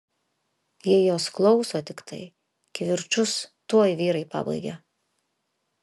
jei jos klauso tiktai kivirčus tuoj vyrai pabaigia